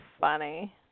funny